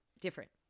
different